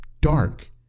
dark